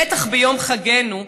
בטח ביום חגנו: